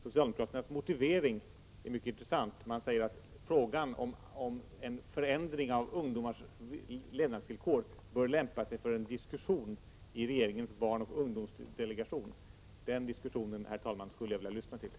Socialdemokraternas motivering är mycket intressant. Man säger att frågan om en förändring av ungdomars levnadsvillkor bör lämpa sig för en diskussion i regeringens barnoch ungdomsdelegation. Den diskussionen, herr talman, skulle jag vilja lyssna till.